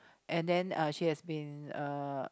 and then uh she has been uh